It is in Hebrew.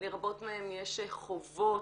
לרבות מהן יש חובות,